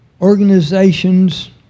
Organizations